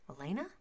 Elena